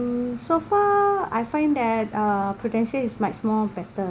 um so far I find that uh prudential is much more better